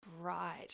Right